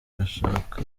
bashaka